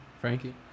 Frankie